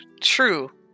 True